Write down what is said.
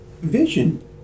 Vision